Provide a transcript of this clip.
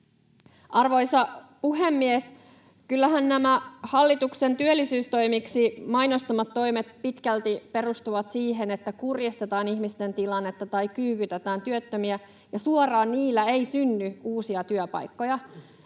Arvoisa puhemies! Kyllähän nämä hallituksen työllisyystoimiksi mainostamat toimet pitkälti perustuvat siihen, että kurjistetaan ihmisten tilannetta tai kyykytetään työttömiä, ja suoraan niillä ei synny uusia työpaikkoja.